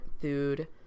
food